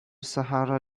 sahara